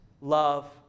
love